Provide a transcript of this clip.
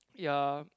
ya